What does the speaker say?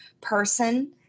person